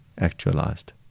actualized